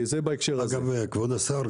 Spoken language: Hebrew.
כבוד השר,